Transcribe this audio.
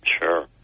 Sure